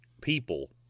people